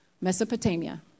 Mesopotamia